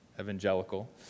evangelical